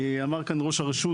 אמר כאן ראש הרשות,